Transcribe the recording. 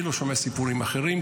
אני לא שומע סיפורים אחרים,